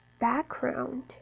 background